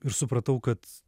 ir supratau kad